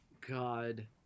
God